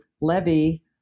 levy